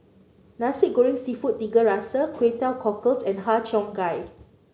Nasi Goreng seafood Tiga Rasa Kway Teow Cockles and Har Cheong Gai